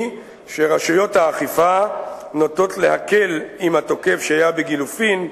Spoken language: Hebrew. היא שרשויות האכיפה נוטות להקל עם התוקף שהיה בגילופין,